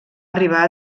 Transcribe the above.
arribar